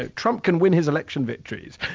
ah trump can win his election victories.